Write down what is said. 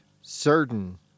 certain